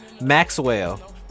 Maxwell